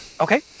Okay